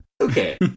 Okay